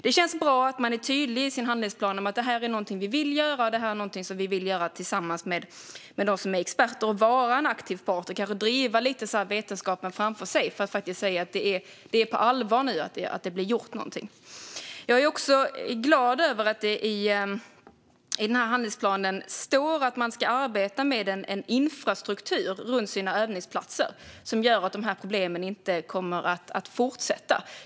Det känns bra att man är tydlig i sin handlingsplan om att detta är någonting som man vill göra och göra tillsammans med dem som är experter. Man vill vara en aktiv part och kanske driva vetenskapen framför sig för att faktiskt säga att det är på allvar nu att någonting blir gjort. Jag är också glad över att det i denna handlingsplan står att man ska arbeta med en infrastruktur runt sina övningsplatser som gör att dessa problem inte kommer att fortsätta.